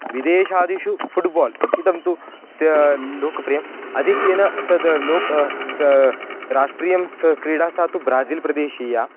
विदेशादिषु football इदं तु लोकप्रियम् आधिक्येन तत् लोके स्ट्रा राष्ट्रीयं सः क्रीडा सा तु ब्राज़िल् प्रदेशीया